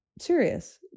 serious